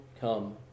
come